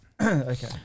Okay